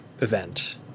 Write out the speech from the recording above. event